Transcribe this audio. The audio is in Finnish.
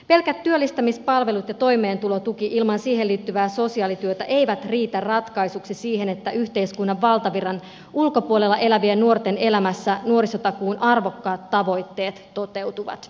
pelkät työllistämispalvelut ja toimeentulotuki ilman siihen liittyvää sosiaalityötä eivät riitä ratkaisuksi siihen että yhteiskunnan valtavirran ulkopuolella elävien nuorten elämässä nuorisotakuun arvokkaat tavoitteet toteutuvat